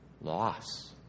Loss